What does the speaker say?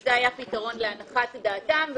זה היה פתרון להנחת דעתם.